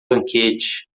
banquete